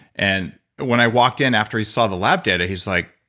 and when i walked in after he saw the lab data, he's like,